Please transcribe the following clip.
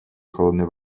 холодной